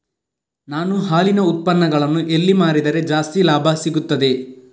ನಾನು ಹಾಲಿನ ಉತ್ಪನ್ನಗಳನ್ನು ಎಲ್ಲಿ ಮಾರಿದರೆ ಜಾಸ್ತಿ ಲಾಭ ಸಿಗುತ್ತದೆ?